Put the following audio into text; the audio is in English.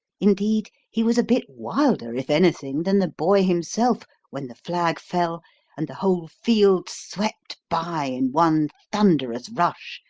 indeed, he was a bit wilder, if anything, than the boy himself when the flag fell and the whole field swept by in one thunderous rush,